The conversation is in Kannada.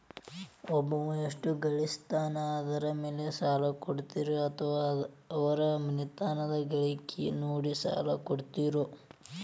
ಒಬ್ಬವ ಎಷ್ಟ ಗಳಿಸ್ತಾನ ಅದರ ಮೇಲೆ ಸಾಲ ಕೊಡ್ತೇರಿ ಅಥವಾ ಅವರ ಮನಿತನದ ಗಳಿಕಿ ನೋಡಿ ಸಾಲ ಕೊಡ್ತಿರೋ?